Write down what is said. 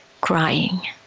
crying